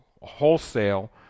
wholesale